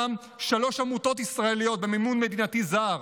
גם שלוש עמותות במימון מדינתי זר,